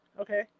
Okay